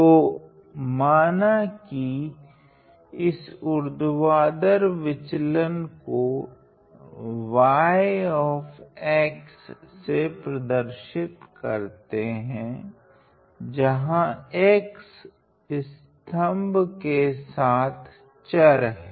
तो माना की इस ऊर्ध्वाधर विचलन को y से प्रदर्शित करते है जहां x स्तम्भ के साथ चर हैं